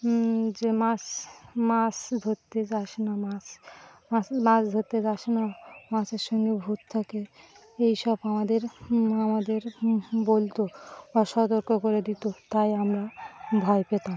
যে মাছ মাছ ধরতে যাস না মাছ মাছ ধরতে যাস না মাছের সঙ্গে ভুত থাকে এই সব আমাদের আমাদের বলতো বা সতর্ক করে দিত তাই আমরা ভয় পেতাম